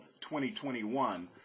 2021